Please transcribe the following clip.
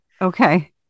Okay